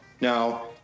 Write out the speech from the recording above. Now